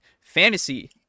fantasy